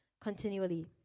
continually